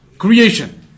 Creation